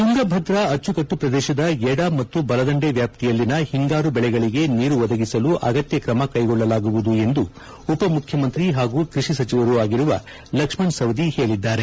ತುಂಗಭದ್ರಾ ಅಚ್ಚುಕಟ್ಟು ಪ್ರದೇಶದ ಎದ ಮತ್ತು ಬಲದಂದೆ ವ್ಯಾಪ್ತಿಯಲ್ಲಿನ ಹಿಂಗಾರು ಬೆಳೆಗಳಿಗೆ ನೀರು ಒದಗಿಸಲು ಅಗತ್ಯ ಕ್ರಮ ಕೈಗೊಳ್ಳಲಾಗುವುದು ಎಂದು ಉಪಮುಖ್ಯಮಂತ್ರಿ ಹಾಗೂ ಕೃಷಿ ಸಚಿವರು ಆಗಿರುವ ಲಕ್ಷ್ಮಣ್ ಸವದಿ ಹೇಳಿದ್ದಾರೆ